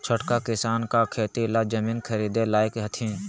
छोटका किसान का खेती ला जमीन ख़रीदे लायक हथीन?